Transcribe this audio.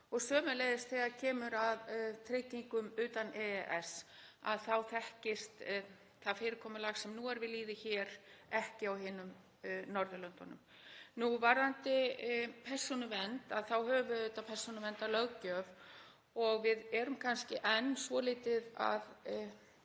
Sömuleiðis þegar kemur að tryggingum utan EES þá þekkist það fyrirkomulag sem nú er við lýði hér ekki á öðrum Norðurlöndum. Varðandi persónuvernd þá höfum við auðvitað persónuverndarlöggjöf og við erum kannski enn svolítið að